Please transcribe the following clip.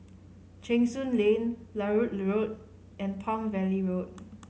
Cheng Soon Lane Larut Road and Palm Valley Road